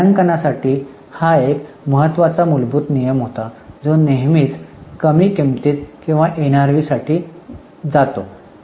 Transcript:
तर मूल्यांकनासाठी हा एक महत्वाचा मूलभूत नियम होता जो नेहमीच कमी किंमतीत किंवा एनआरव्हीसाठी जातो